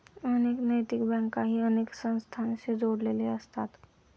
अनेक नैतिक बँकाही अनेक संस्थांशी जोडलेले असतात